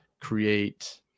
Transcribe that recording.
create